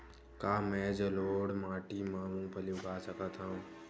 का मैं जलोढ़ माटी म मूंगफली उगा सकत हंव?